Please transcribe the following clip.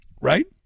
right